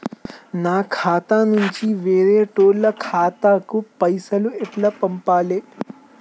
నా ఖాతా నుంచి వేరేటోళ్ల ఖాతాకు పైసలు ఎట్ల పంపాలే?